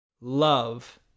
Love